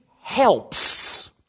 helps